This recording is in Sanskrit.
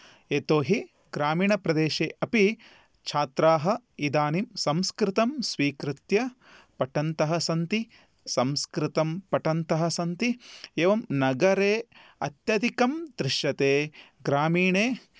यतोऽहि ग्रामीणप्रदेशे अपि छात्राः इदानीं संस्कृतं स्वीकृत्य पठन्तः सन्ति संस्कृतं पठन्तः सन्ति एवं नगरे अत्यधिकं दृश्यते ग्रामीणे